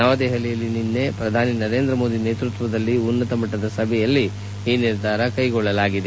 ನವದೆಹಲಿಯಲ್ಲಿ ನಿನ್ನೆ ನಡೆದ ಪ್ರಧಾನಿ ನರೇಂದ್ರ ಮೋದಿ ನೇತೃತ್ವದಲ್ಲಿ ಉನ್ನತ ಮಟ್ಟದ ಸಭೆಯಲ್ಲಿ ಈ ನಿರ್ಧಾರ ಕೈಗೊಳ್ಳಲಾಗಿದೆ